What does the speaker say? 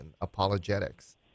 apologetics